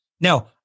Now